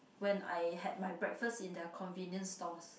when I had my breakfast in their convenient stores